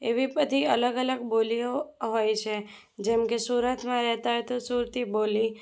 એવી બધી અલગ અલગ બોલીઓ હોય છે જેમ કે સુરતમાં રહેતા હોય તો સુરતી બોલી